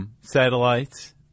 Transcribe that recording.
Satellites